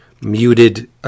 muted